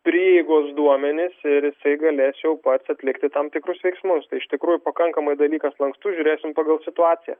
prieigos duomenis ir jisai galės jau pats atlikti tam tikrus veiksmus tai iš tikrųjų pakankamai dalykas lankstus žiūrėsim pagal situaciją